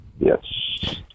Yes